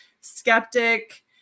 skeptic